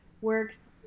works